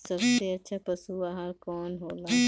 सबसे अच्छा पशु आहार कवन हो ला?